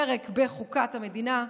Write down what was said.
פרק בחוקת המדינה,